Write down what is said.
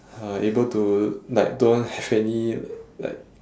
uh able to like don't have any like